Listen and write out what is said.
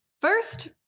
First-